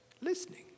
listening